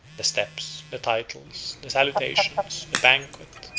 the steps, the titles, the salutations, the banquet,